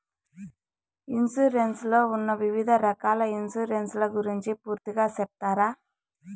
Insurance లో ఉన్న వివిధ రకాల ఇన్సూరెన్సు ల గురించి పూర్తిగా సెప్తారా?